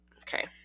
okay